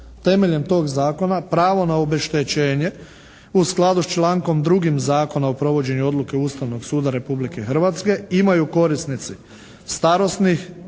Temeljem tog zakona pravo na obeštećenje u skladu s člankom 2. Zakona o provođenju odluke Ustavnog suda Republike Hrvatske imaju korisnici starosnih,